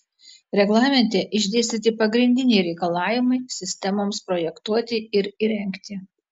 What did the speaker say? reglamente išdėstyti pagrindiniai reikalavimai sistemoms projektuoti ir įrengti